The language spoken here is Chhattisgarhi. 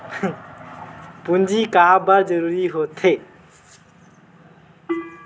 पूंजी का बार जरूरी हो थे?